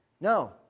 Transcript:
No